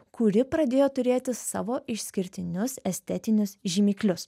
kuri pradėjo turėti savo išskirtinius estetinius žymiklius